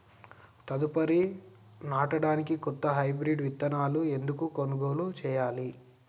తదుపరి నాడనికి కొత్త హైబ్రిడ్ విత్తనాలను ఎందుకు కొనుగోలు చెయ్యాలి?